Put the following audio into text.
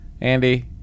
andy